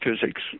physics